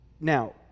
Now